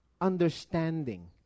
understanding